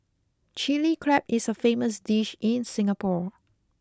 Chilli Crab is a famous dish in Singapore